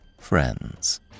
friends